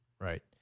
Right